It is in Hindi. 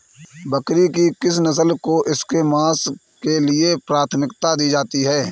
बकरी की किस नस्ल को इसके मांस के लिए प्राथमिकता दी जाती है?